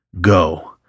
go